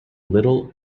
little